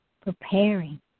preparing